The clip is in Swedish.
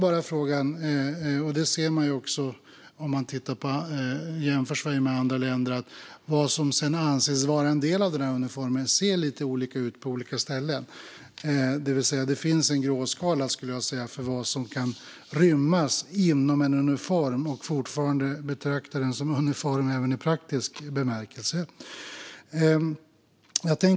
Vad som sedan anses vara en del av denna uniform ser lite olika ut på olika ställen, vilket kan vi se om vi jämför Sverige med andra länder. Det finns en gråskala för vad som kan rymmas inom en uniform som fortfarande betraktas som en uniform även i praktisk bemärkelse.